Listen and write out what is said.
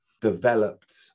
developed